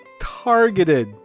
targeted